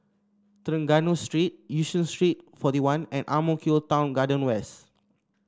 Trengganu Street Yishun Street Forty one and Ang Mo Kio Town Garden West